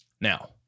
Now